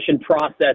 process